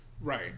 Right